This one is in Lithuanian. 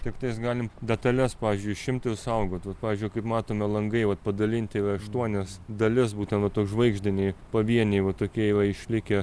tiktais galim detales pavyzdžiui šimtą išsaugot va pavyzdžiui kaip matom langai vat padalinti į aštuonias dalis būtent va tok žvaigždiniai pavieniai va tokie yra išlikę